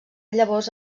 llavors